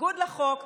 בניגוד לחוק,